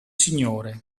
signore